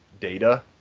data